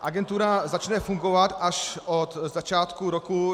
Agentura začne fungovat až od začátku roku 2016.